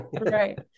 right